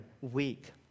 weak